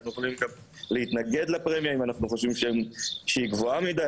אנחנו יכולים להתנגד לפרמיה אם חושבים שהיא גבוהה מדי,